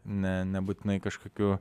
ne nebūtinai kažkokių